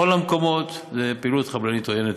בכל המקומות זו פעילות חבלנית עוינת,